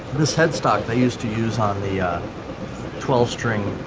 this headstock they used to use on the twelve string,